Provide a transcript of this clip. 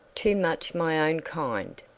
too much my own kind.